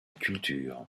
culture